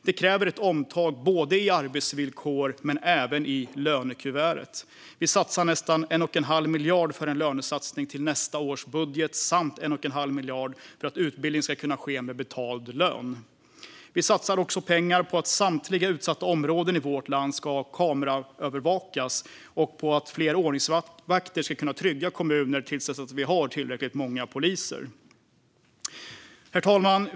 Det kräver ett omtag både i arbetsvillkor och i lönekuvertet. Vi satsar nästan 1 1⁄2 miljard för en lönesatsning i nästa års budget samt 1 1⁄2 miljard för att utbildningen ska kunna ske med betald lön. Vi satsar också pengar på att samtliga utsatta områden i vårt land ska kunna kameraövervakas och på att fler ordningsvakter ska trygga kommuner till dess att vi har tillräckligt många poliser. Herr talman!